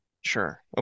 Sure